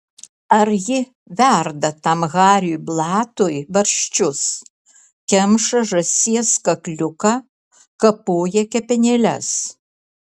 ar ji verda tam hariui blatui barščius kemša žąsies kakliuką kapoja kepenėles